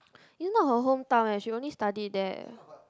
it's not her hometown eh she only studied there